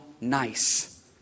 nice